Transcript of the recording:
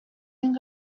این